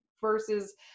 versus